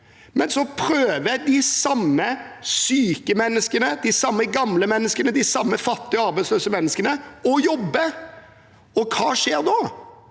men så prøver de samme syke menneskene, de samme gamle menneskene, de samme fattige og arbeidsløse menneskene å jobbe. Hva skjer da?